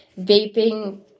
vaping